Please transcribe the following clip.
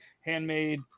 handmade